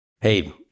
hey